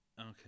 Okay